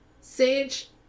Sage